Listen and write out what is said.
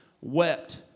wept